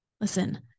Listen